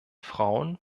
frauen